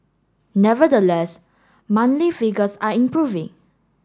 nevertheless monthly figures are improving